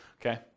okay